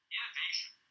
Innovation